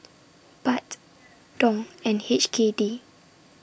Baht Dong and H K D